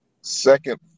second